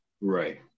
Right